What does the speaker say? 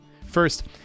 First